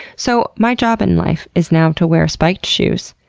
so my job in life is now to wear spiked shoes,